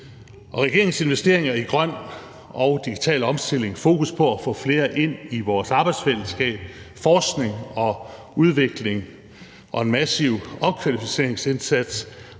regeringens investeringer i grøn omstilling og digital omstilling, fokus på at få flere ind i vores arbejdsfællesskab, forskning og udvikling og en massiv opkvalificeringsindsats